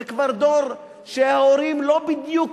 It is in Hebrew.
זה כבר דור שההורים לא בדיוק